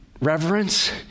reverence